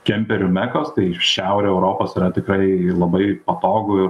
kemperių mekos tai šiaurė europos yra tikrai labai patogu ir